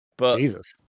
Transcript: Jesus